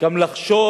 וגם לחשוב